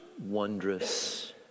wondrous